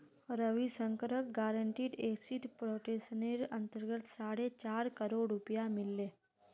रविशंकरक guaranteed asset प्रोटेक्शनेर अंतर्गत साढ़े चार करोड़ रुपया मिल ले